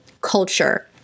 culture